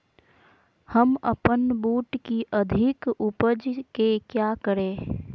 हम अपन बूट की अधिक उपज के क्या करे?